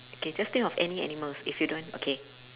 okay just think of any animals if you don't okay